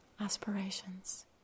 aspirations